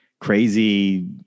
crazy